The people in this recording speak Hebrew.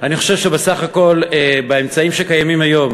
אני חושב שבסך הכול, באמצעים שקיימים היום,